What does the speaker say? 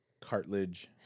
cartilage